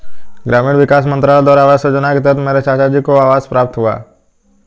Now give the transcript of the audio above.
ग्रामीण विकास मंत्रालय द्वारा आवास योजना के तहत मेरे चाचाजी को आवास प्राप्त हुआ